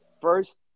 first